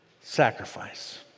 sacrifice